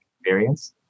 experience